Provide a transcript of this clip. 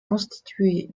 constitué